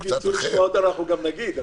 אם ירצו לשמוע אותנו אנחנו גם נגיד.